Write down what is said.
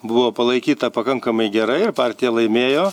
buvo palaikyta pakankamai gerai ir partija laimėjo